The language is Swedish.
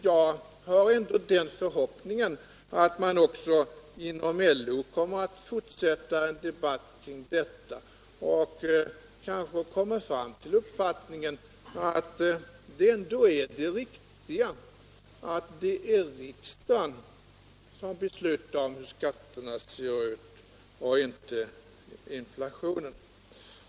Jag har den förhoppningen att man också inom LO vid en fortsatt debatt kring denna fråga kommer fram till uppfattningen att det viktiga ändå är att riksdagen och inte inflationen skall bestämma hur skatterna skall se ut.